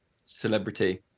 celebrity